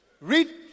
Read